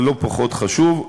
אבל לא פחות חשוב,